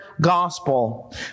gospel